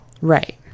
Right